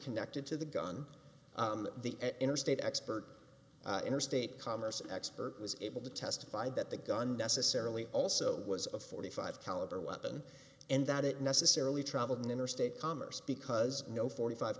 connected to the gun the interstate expert interstate commerce expert was able to testify that the gun necessarily also was a forty five caliber weapon and that it necessarily traveled in interstate commerce because no forty five